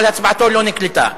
אבל הצבעתו לא נקלטה.